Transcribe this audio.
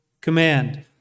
command